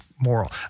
moral